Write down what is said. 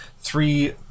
three